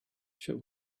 she